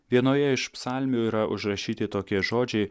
vienoje iš psalmių yra užrašyti tokie žodžiai